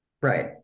Right